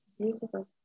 Beautiful